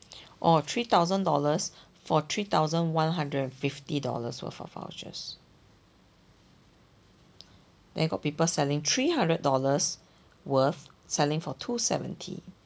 orh three thousand dollars for three thousand one hundred and fifty dollars worth of vouchers then got people selling three hundred dollars worth selling for two seventy